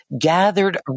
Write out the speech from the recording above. gathered